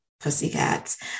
Pussycats